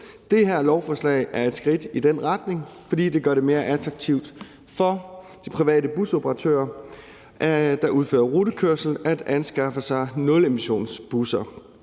Det her lovforslag er et skridt i den retning, fordi det gør det mere attraktivt for de private busoperatører, der udfører rutekørsel, at anskaffe sig nulemissionsbusser.